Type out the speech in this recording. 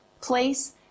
place